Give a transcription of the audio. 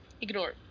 Ignore